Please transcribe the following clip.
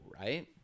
right